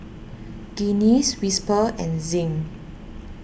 Guinness Whisper and Zinc